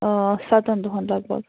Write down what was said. آ سَتَن دۄہَن لگ بگ